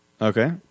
Okay